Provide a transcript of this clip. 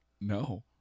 no